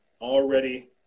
already